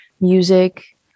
music